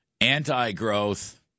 anti-growth